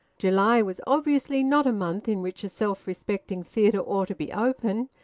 july was obviously not a month in which a self-respecting theatre ought to be open,